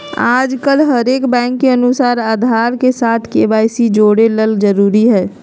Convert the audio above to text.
आजकल हरेक बैंक के अनुसार आधार के साथ के.वाई.सी जोड़े ल जरूरी हय